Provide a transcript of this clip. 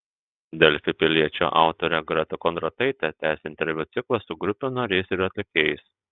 delfi piliečio autorė greta kondrataitė tęsia interviu ciklą su grupių nariais ir atlikėjais